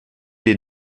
dir